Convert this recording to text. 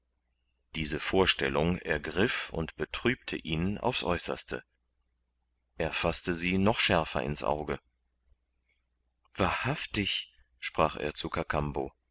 diese vorstellung ergriff und betrübte ihn aufs äußerste er faßte sie noch schärfer ins auge wahrhaftig sprach er